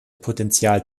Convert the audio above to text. potenzial